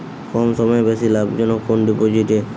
কম সময়ে বেশি লাভ কোন ডিপোজিটে?